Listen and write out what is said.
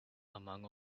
among